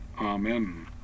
Amen